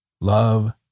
Love